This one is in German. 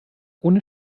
ohne